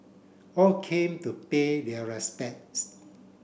all came to pay their respects